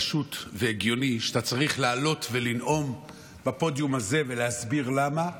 פשוט והגיוני שאתה צריך לעלות ולנאום בפודיום הזה ולהסביר למה,